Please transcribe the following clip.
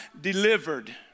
delivered